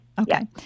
Okay